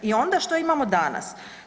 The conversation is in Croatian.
I onda što imamo danas?